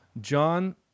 John